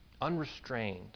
unrestrained